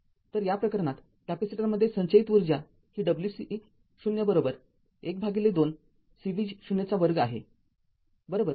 तर या प्रकरणात कॅपेसिटरमध्ये संचयित ऊर्जा ही wc0 १२ C v0 २ आहे बरोबर